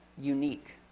unique